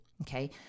Okay